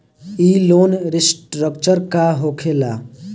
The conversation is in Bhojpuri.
ई लोन रीस्ट्रक्चर का होखे ला?